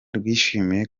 rwishimiye